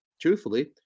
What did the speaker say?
truthfully